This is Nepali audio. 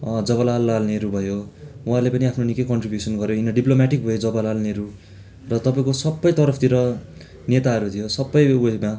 जवाहरलाल नेहरू भयो उहाँले पनि आफ्नो निकै कन्ट्रिब्युसन गऱ्यो in a diplomatic way Jawaharlal Nehru र तपाईँको सबै तरफतिर नेताहरू थियो सबै वेमा